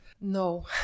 No